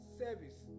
service